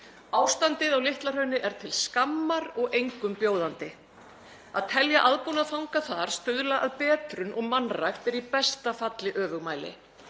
Ástandið á Litla-Hrauni er til skammar og engum bjóðandi. Að telja aðbúnað fanga þar stuðla að betrun og mannrækt er í besta falli öfugmæli.